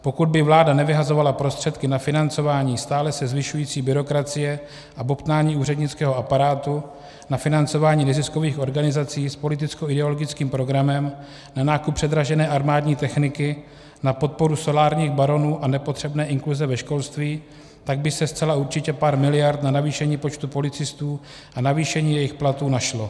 Pokud by vláda nevyhazovala prostředky na financování stále se zvyšující byrokracie a bobtnání úřednického aparátu, na financování neziskových organizací s politickoideologickým programem, na nákup předražené armádní techniky, na podporu solárních baronů a nepotřebné inkluze ve školství, tak by se zcela určitě pár miliard na navýšení počtu policistů a navýšení jejich platů našlo.